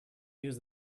use